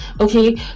okay